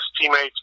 teammates